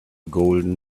golden